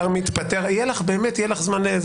רק --- יהיה לך זמן.